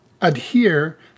adhere